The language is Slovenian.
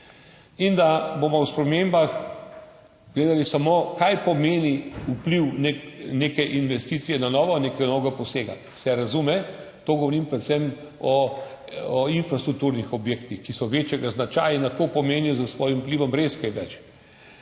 in da bomo ob spremembah gledali samo, kaj pomeni vpliv neke investicije na novo, nekega novega posega. Se razume, govorim predvsem o infrastrukturnih objektih, ki so večjega značaja in lahko pomenijo s svojim vplivom res kaj več.